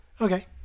Okay